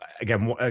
again